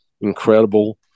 incredible